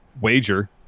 wager